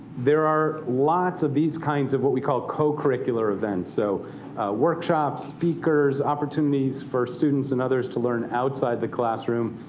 there are lots of these kinds of what we call co-curricular events so workshops, speakers, opportunities for students and others to learn outside the classroom.